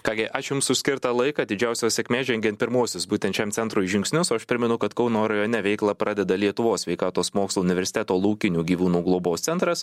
ką gi ačiū jums už skirtą laiką didžiausios sėkmės žengiant pirmuosius būtent šiam centrui žingsnius o aš primenu kad kauno rajone veiklą pradeda lietuvos sveikatos mokslų universiteto laukinių gyvūnų globos centras